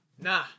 nah